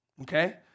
okay